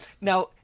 Now